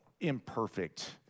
imperfect